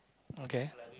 okay